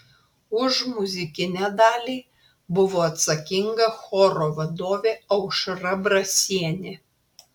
už muzikinę dalį buvo atsakinga choro vadovė aušra brasienė